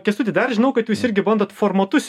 kęstuti dar žinau kad jūs irgi bandot formatus